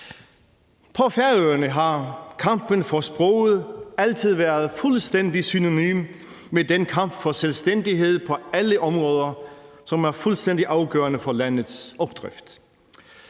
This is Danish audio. På Færøerne har kampen for sproget altid været fuldstændig synonym med den kamp for selvstændighed på alle områder, som er fuldstændig afgørende for landets opdrift.